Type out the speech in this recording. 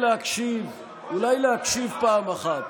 אולי להקשיב פעם אחת.